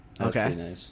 Okay